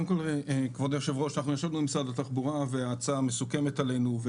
אנחנו ישבנו עם משרד התחבורה וההצעה מקובלת עלינו.